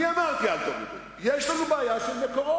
אני אמרתי: אל תורידו, יש לנו בעיה של מקורות.